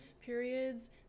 periods